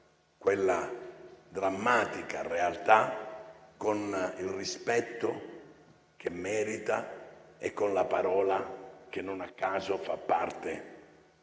quella drammatica realtà con il rispetto che merita e con la parola "ricordo", che non a caso fa parte del